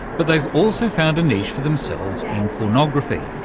but they've also found a niche for themselves in pornography,